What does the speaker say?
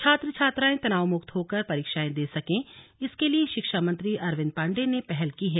छात्र छात्राएं तनावमुक्त होकर परीक्षाएं दे सकें इसके लिए शिक्षामंत्री अरविंद पांडेय ने पहल की है